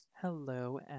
Hello